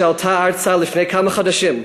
שעלתה ארצה לפני כמה חודשים,